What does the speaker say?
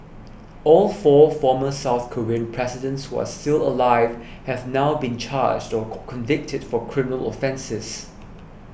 all four former South Korean presidents who are still alive have now been charged or convicted for criminal offences